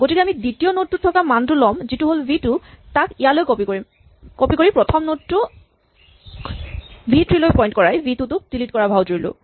গতিকে আমি দ্বিতীয় নড টোত থকা মানটো ল'ম যিটো হ'ল ভি টু তাক ইয়ালৈ কপি কৰি প্ৰথম নড টোক ভি থ্ৰী লৈ পইন্ট কৰাই ভি টু ক ডিলিট কৰাৰ ভাওঁ জুৰিলো